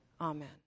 Amen